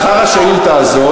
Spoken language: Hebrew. מאוד מעניין אותי מה הסברת שלך.